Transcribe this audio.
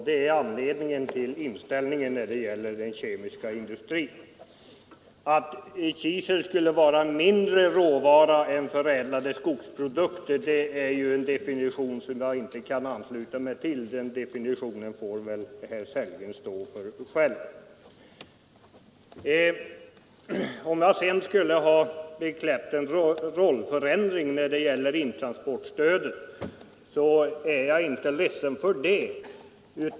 Det är anledningen till inställningen när det gäller den kemiska industrin. Att kisel skulle vara mindre råvara än förädlade skogsprodukter är en definition som jag inte kan ansluta mig till. Den definitionen får väl herr Sellgren stå för själv. Om jag sedan skulle ha undergått en rollförändring när det gäller intransportstödet så är jag inte ledsen för det.